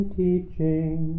teaching